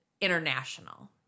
international